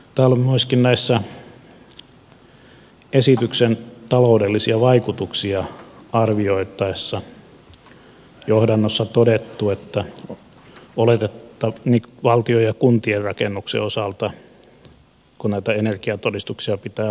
täällä on myöskin esityksen taloudellisia vaikutuksia arvioitaessa johdannossa todettu valtion ja kuntien rakennuksien osalta kun näitä energiatodistuksia pitää laatia